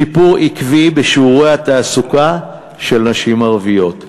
שיפור עקבי בשיעורי התעסוקה של נשים ערביות,